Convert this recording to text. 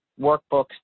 workbooks